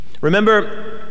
remember